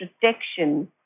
protection